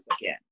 again